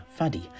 Fadi